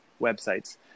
websites